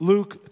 Luke